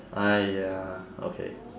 !aiya! okay